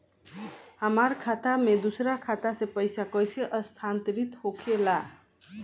हमार खाता में दूसर खाता से पइसा कइसे स्थानांतरित होखे ला?